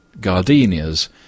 Gardenia's